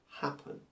happen